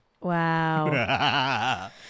Wow